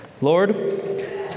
Lord